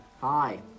Hi